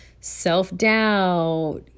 self-doubt